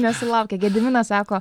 nesulaukė gediminas sako